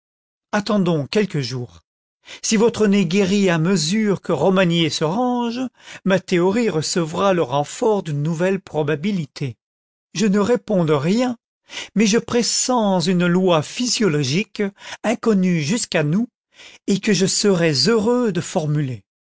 attendons quelques jours si votre nez guérit à mesure que romagné se range ma théorie recevra le renfort d'une nouvelle probabilité je ne réponds de rien mais je pressens une loi physiologique inconnue jusqu'à nous et que je serais heureux de formuler